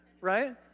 right